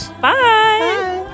Bye